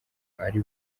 ari